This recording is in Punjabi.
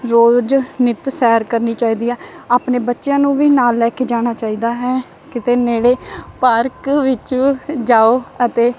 ਰੋਜ਼ ਨਿੱਤ ਸੈਰ ਕਰਨੀ ਚਾਹੀਦੀ ਹੈ ਆਪਣੇ ਬੱਚਿਆਂ ਨੂੰ ਵੀ ਨਾਲ ਲੈ ਕੇ ਜਾਣਾ ਚਾਹੀਦਾ ਹੈ ਕਿਤੇ ਨੇੜੇ ਪਾਰਕ ਵਿੱਚ ਜਾਓ ਅਤੇ